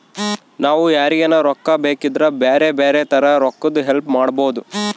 ನಾವು ಯಾರಿಗನ ರೊಕ್ಕ ಬೇಕಿದ್ರ ಬ್ಯಾರೆ ಬ್ಯಾರೆ ತರ ರೊಕ್ಕದ್ ಹೆಲ್ಪ್ ಮಾಡ್ಬೋದು